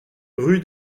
rue